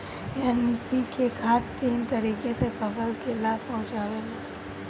NPK खाद तीन तरीके से फसल के लाभ पहुंचावेला